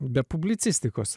be publicistikos sa